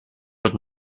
wird